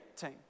team